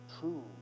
true